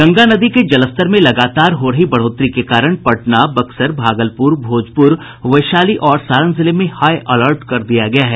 गंगा नदी के जलस्तर में लगातार हो रही बढ़ोत्तरी के कारण पटना बक्सर भागलपुर भोजपुर वैशाली और सारण जिले में हाई अलर्ट कर दिया गया है